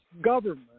government